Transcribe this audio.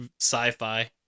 sci-fi